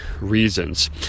reasons